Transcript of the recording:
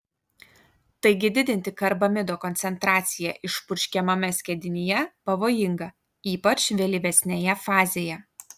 taigi didinti karbamido koncentraciją išpurškiamame skiedinyje pavojinga ypač vėlyvesnėje fazėje